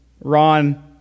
Ron